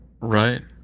right